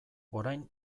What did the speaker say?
orain